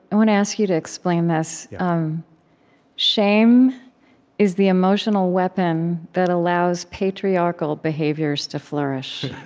i want to ask you to explain this shame is the emotional weapon that allows patriarchal behaviors to flourish.